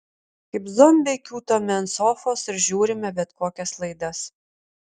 kaip zombiai kiūtome ant sofos ir žiūrime bet kokias laidas